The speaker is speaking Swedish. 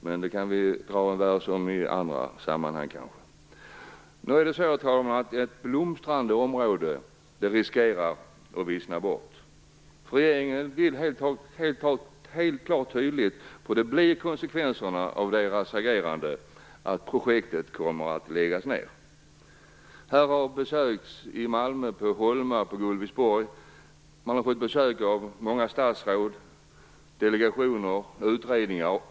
Men det kanske vi kan ta upp i andra sammanhang. Nu riskerar ett blomstrande område att vissna bort. Regeringen vill tydligen att projektet läggs ned, och det blir konsekvensen av deras agerande. Holma och Gullviksborg i Malmö har fått besök av många statsråd, delegationer och utredningar.